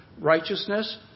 righteousness